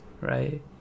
right